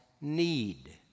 need